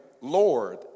Lord